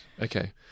Okay